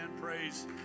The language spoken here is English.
praise